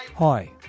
Hi